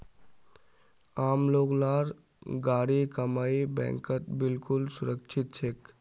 आम लोग लार गाढ़ी कमाई बैंकत बिल्कुल सुरक्षित छेक